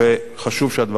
חשוב שהדברים האלה ייאמרו.